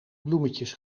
bloemetjes